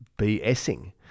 BSing